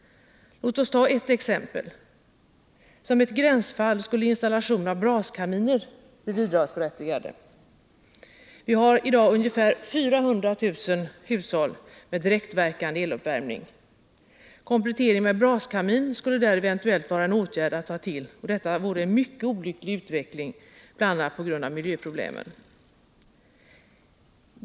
Låt mig ta ett exempel. Som ett gränsfall skulle installation av braskaminer bli bidragsberättigad. Vi har i dag ungefär 400 000 hushåll med direktverkande eluppvärmning. En komplettering med braskamin skulle där eventuellt vara en åtgärd att ta till, och detta vore en mycket olycklig utveckling bl.a. på grund av miljöproblemen.